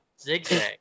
zigzag